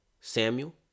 Samuel